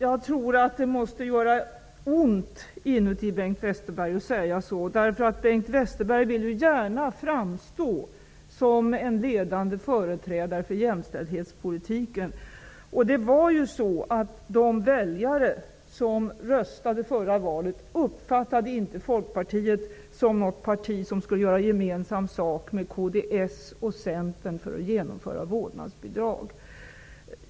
Herr talman! Det måste göra ont inuti Bengt Westerberg när han säger så. Bengt Westerberg vill ju gärna framstå som en ledande företrädare för jämställdhetspolitiken. De väljare som röstade förra valet uppfattade inte Folkpartiet som ett parti som skulle göra gemensam sak med kds och Centern för att genomföra vårdnadsbidrag.